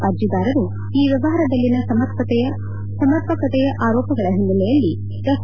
ಅರ್ಜಿದಾರರು ಈ ವ್ಚವಹಾರದಲ್ಲಿನ ಅಸಮರ್ಪಕತೆಯ ಆರೋಪಗಳ ಹಿನ್ನೆಲೆಯಲ್ಲಿ ಎಫ್